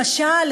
למשל,